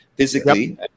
Physically